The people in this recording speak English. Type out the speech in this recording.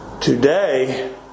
today